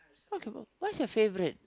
okay w~ what is your favourite